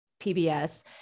PBS